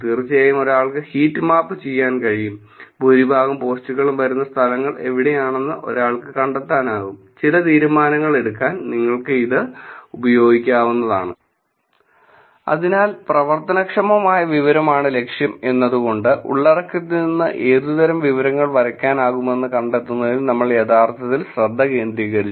തീർച്ചയായും ഒരാൾക്ക് heat map ചെയ്യാൻ കഴിയും ഭൂരിഭാഗം പോസ്റ്റുകളും വരുന്ന സ്ഥലങ്ങൾ എവിടെയാണെന്ന് ഒരാൾക്ക് കണ്ടെത്താനാകും ചില തീരുമാനങ്ങൾ എടുക്കാൻ നിങ്ങൾക്ക് അത് ഉപയോഗിക്കാവുന്നതാണ് അതിനാൽ പ്രവർത്തനക്ഷമമായ വിവരമാണ് ലക്ഷ്യം എന്നതുകൊണ്ട് ഉള്ളടക്കത്തിൽ നിന്ന് ഏതുതരം വിവരങ്ങൾ വരയ്ക്കാനാകുമെന്ന് കണ്ടെത്തുന്നതിൽ നമ്മൾ യഥാർത്ഥത്തിൽ ശ്രദ്ധ കേന്ദ്രീകരിച്ചു